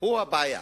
הוא הבעיה.